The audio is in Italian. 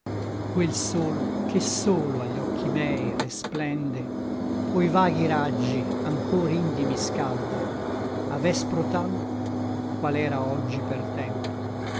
quel sol che solo agli occhi miei resplende co i vaghi raggi anchor indi mi scalda a vespro tal qual era oggi per tempo